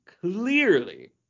clearly